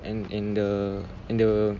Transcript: and and the and the